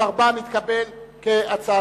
נתקבלה.